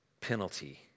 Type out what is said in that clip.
penalty